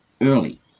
early